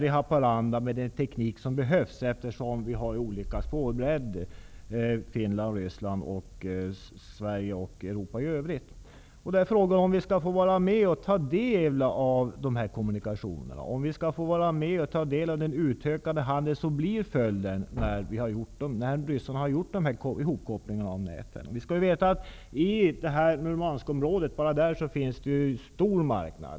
I Haparanda behövs en teknik för att koppla ihop järnvägarna, eftersom det är olika spårbredd i Frågan är om vi skall få ta del av dessa kommunikationer, om vi skall få ta del av den utökade handel som blir följden av att ryssarna kopplar ihop näten. Vi skall veta att Murmanskområdet utgör en stor marknad.